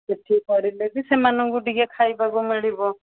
ସେଇଠି କରିଲେ ବି ସେମାନଙ୍କୁ ଟିକେ ଖାଇବାକୁ ମିଳିବ